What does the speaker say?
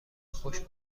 خوش